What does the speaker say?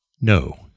No